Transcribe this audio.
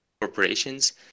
corporations